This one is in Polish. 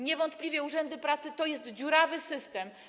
Niewątpliwie urzędy pracy to jest dziurawy system.